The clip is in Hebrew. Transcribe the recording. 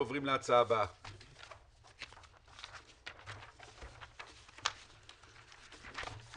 הישיבה ננעלה בשעה 10:15.